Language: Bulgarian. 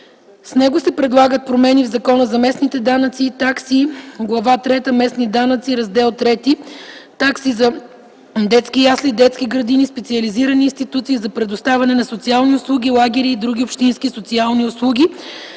С него се предлагат промени в Закона за местните данъци и такси, Глава трета „Местни такси”, Раздел III „Такси за детски ясли, детски градини, специализирани институции за предоставяне на социални услуги, лагери и други общински социални услуги”,